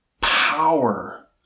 power